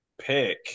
pick